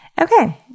Okay